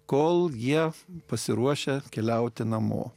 kol jie pasiruošę keliauti namo